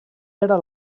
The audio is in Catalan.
era